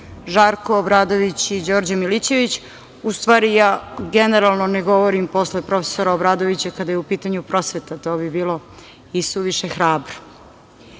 Žarko Obradović i Đorđe Milićević. U stvari, ja generalno ne govorim posle profesora Obradovića kada je upitanju prosveta, to bi bilo isuviše hrabro,